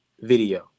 video